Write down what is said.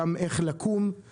גם איך לקום,